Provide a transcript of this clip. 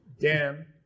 Dan